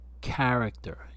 character